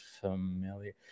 familiar